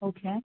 okay